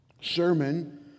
sermon